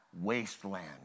wasteland